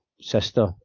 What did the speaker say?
sister